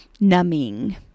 numbing